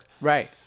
Right